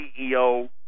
CEO